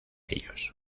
ellos